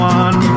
one